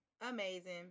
amazing